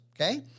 okay